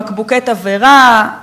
בקבוקי תבערה,